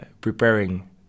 preparing